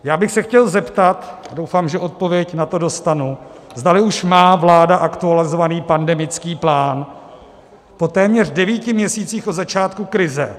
Já bych se chtěl zeptat, doufám, že odpověď na to dostanu, zdali už má vláda aktualizovaný pandemický plán po téměř devíti měsících od začátku krize.